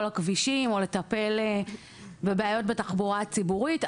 הכבישים או לטפל בבעיות בתחבורה הציבורית,